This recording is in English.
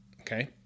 Okay